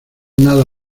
nada